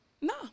No